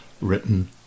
written